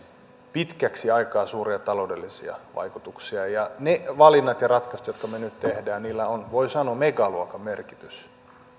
pitkäksi aikaa suuria taloudellisia vaikutuksia niillä valinnoilla ja ratkaisuilla jotka me nyt teemme on voi sanoa megaluokan merkitys